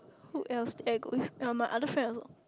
who else did I go with ye my other friend also